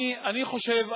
אני חושב,